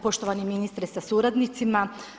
Poštovani ministre sa suradnicima.